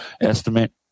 estimate